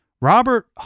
Robert